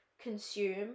consume